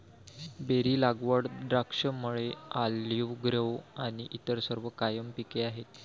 berry लागवड, द्राक्षमळे, olive grove आणि इतर सर्व कायम पिके आहेत